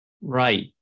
Right